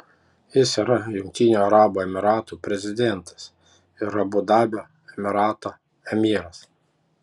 jis yra jungtinių arabų emyratų prezidentas ir abu dabio emyrato emyras